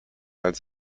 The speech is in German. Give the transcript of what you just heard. als